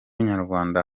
nyarwanda